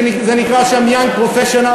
זה נקרא שם young professionals,